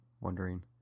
wondering